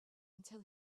until